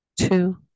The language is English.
two